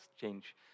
change